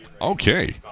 Okay